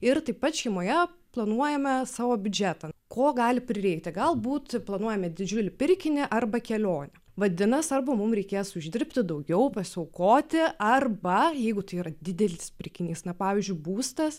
ir taip pat šeimoje planuojame savo biudžetą ko gali prireikti galbūt planuojame didžiulį pirkinį arba kelionę vadinas arba mums reikės uždirbti daugiau pasiaukoti arba jeigu tai yra didelis pirkinys na pavyzdžiui būstas